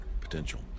potential